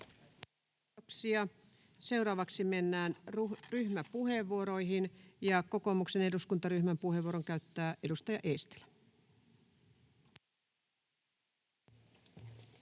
Kiitoksia. — Seuraavaksi mennään ryhmäpuheenvuoroihin, ja kokoomuksen eduskuntaryhmän puheenvuoron käyttää edustaja Eestilä. [Speech